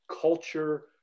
culture